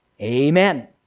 Amen